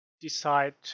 decide